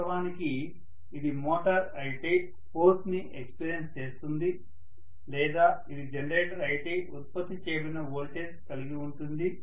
వాస్తవానికి ఇది మోటారు అయితే ఫోర్స్ ని ఎక్స్పీరియన్స్ చేస్తుంది లేదా ఇది జనరేటర్ అయితే ఉత్పత్తి చేయబడిన వోల్టేజ్ కలిగి ఉంటుంది